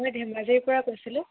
মই ধেমাজীৰ পৰা কৈছিলোঁ